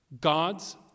God's